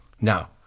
Now